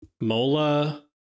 Mola